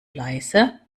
leise